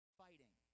fighting